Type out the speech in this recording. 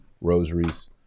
rosaries